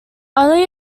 only